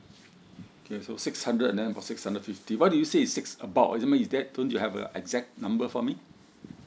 okay so six hundred and then about six hundred fifty why do you say its six about is that mean is that you don't have exact number for me